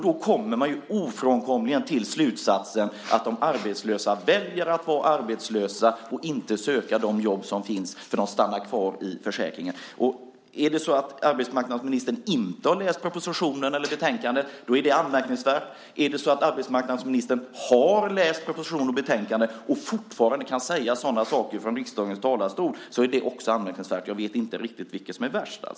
Då kommer man ofrånkomligen till slutsatsen att de arbetslösa väljer att vara arbetslösa och att inte söka de jobb som finns, för de stannar kvar i försäkringen. Om det är så att arbetsmarknadsministern inte har läst propositionen eller betänkandet är det anmärkningsvärt. Om det är så att arbetsmarknadsministern har läst propositionen och betänkandet och fortfarande kan säga sådana saker från riksdagens talarstol är det också anmärkningsvärt. Jag vet inte riktigt vilket som är värst.